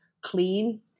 clean